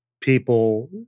people